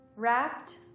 Wrapped